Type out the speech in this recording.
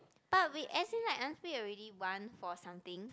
but we actually like aren't we already one for something